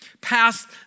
past